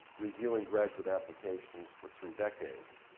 reviewing graduate applications for three decades.